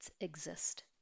exist